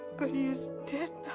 but he is dead